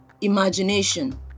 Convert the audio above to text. imagination